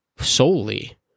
solely